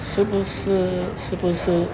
是不是是不是